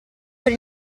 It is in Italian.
per